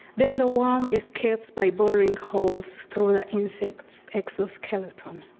then the worm escapes by boring holes through the insect's exoskeleton.